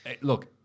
Look